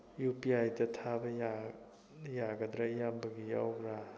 U ꯄꯤ ꯑꯥꯏꯗ ꯊꯥꯕ ꯌꯥꯒꯗ꯭ꯔꯥ ꯏꯌꯥꯝꯕꯒꯤ ꯌꯥꯎꯕ꯭ꯔꯥ